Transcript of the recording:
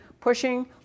pushing